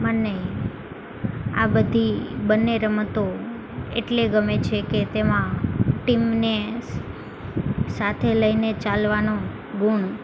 મને આ બધી બંને રમતો એટલે ગમે છે કે તેમાં ટીમને સાથે લઈને ચાલવાનો ગુણ